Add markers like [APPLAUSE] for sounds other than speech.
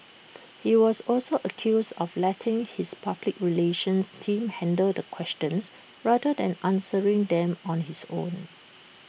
[NOISE] he was also accused of letting his public relations team handle the questions rather than answering them on his own